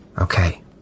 Okay